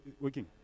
working